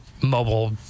mobile